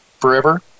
forever